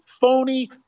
phony